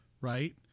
right